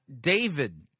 david